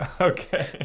Okay